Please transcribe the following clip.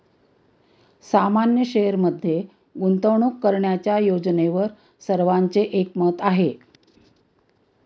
सामान्य शेअरमध्ये गुंतवणूक करण्याच्या योजनेवर सर्वांचे एकमत आहे